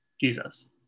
Jesus